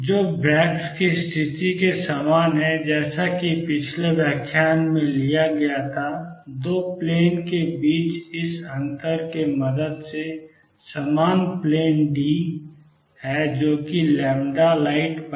जो ब्रैग्स की स्थिति के समान है जैसा कि पिछले व्याख्यान में लिया गया था 2 प्लेन के बीच इस अंतर के मदद से समान प्लेन d है जो कि light2है